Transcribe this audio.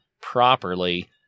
properly